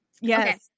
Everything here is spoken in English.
Yes